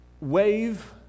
wave